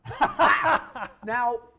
Now